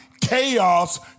Chaos